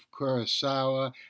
Kurosawa